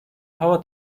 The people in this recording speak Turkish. hava